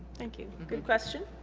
thank you good question